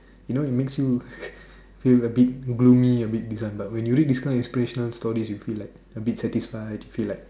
you know its makes you feel abit gloomy abit this one but when you read this one inspiration story you feel like abit satisfied feel like